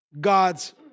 God's